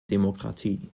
demokratie